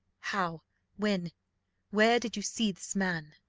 how when where did you see this man?